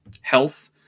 health